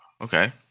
Okay